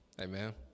Amen